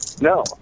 no